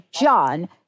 John